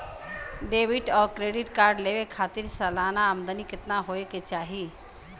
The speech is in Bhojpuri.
डेबिट और क्रेडिट कार्ड लेवे के खातिर सलाना आमदनी कितना हो ये के चाही?